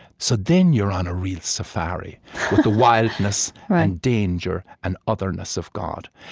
so then you are on a real safari with the wildness and danger and otherness of god.